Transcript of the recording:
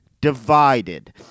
divided